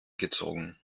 gezogen